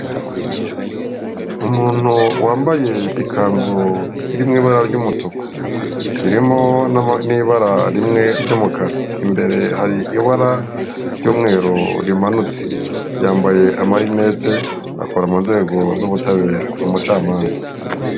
Umuntu wambaye ikanzu iri mu ibara ry'umutuku irimo n'ibara rimwe ry'umukara, imbere hari ibara ry'umweru rimanutse yambaye amarinete akora mu nzego z'ubutabera n'umucamanza.